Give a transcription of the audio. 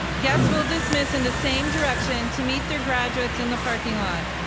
guests will dismiss in the same direction to meat their graduates in the parking lot.